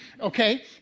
okay